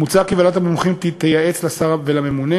מוצע כי ועדת המומחים תייעץ לשר ולממונה